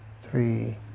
three